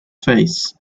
face